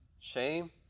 Shame